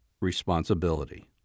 responsibility